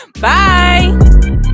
Bye